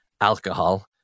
alcohol